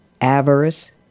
avarice